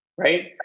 Right